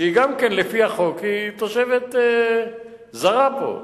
שלפי החוק היא תושבת זרה פה,